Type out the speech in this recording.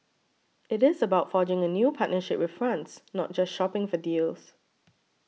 it is about forging a new partnership with France not just shopping for deals